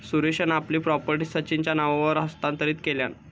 सुरेशान आपली प्रॉपर्टी सचिनच्या नावावर हस्तांतरीत केल्यान